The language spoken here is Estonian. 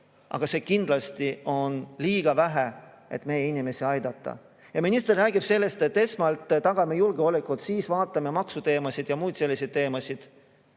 on seda liiga vähe, et meie inimesi aidata. Minister räägib sellest, et esmalt tagame julgeoleku ning siis vaatame maksuteemasid ja muid selliseid teemasid.